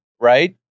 right